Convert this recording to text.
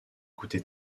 coûté